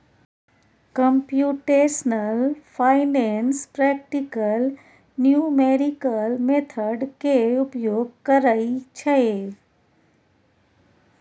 computational finance practical numerical method के उपयोग करइ छइ